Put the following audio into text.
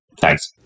Thanks